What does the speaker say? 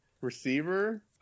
Receiver